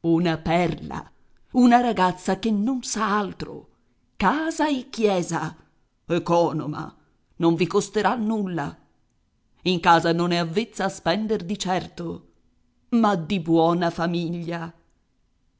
una perla una ragazza che non sa altro casa e chiesa economa non vi costerà nulla in casa non è avvezza a spender di certo ma di buona famiglia